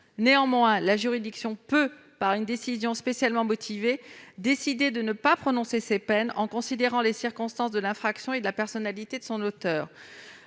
Toutefois, la juridiction peut, par une décision spécialement motivée, décider de ne pas prononcer cette peine, en considération des circonstances de l'infraction ou de la personnalité de son auteur.